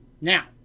Now